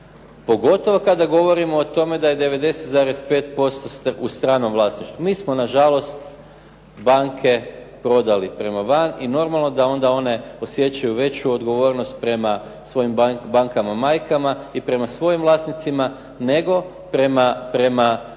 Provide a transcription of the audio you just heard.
Pogotovo kada govorimo o tome da je 90,5% u stranom vlasništvu. Mi smo nažalost banke prodali prema van i normalno da onda one osjećaju veću odgovornost prema svojim bankama majkama i prema svojim vlasnicima, nego prema dijelu